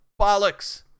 Bollocks